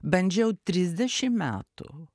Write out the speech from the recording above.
bandžiau trisdešim metų